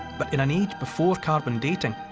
but in an age before carbon dating,